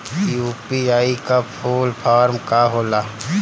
UPI का full form का होला?